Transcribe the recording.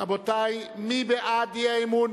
רבותי, מי בעד האי-אמון?